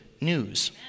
news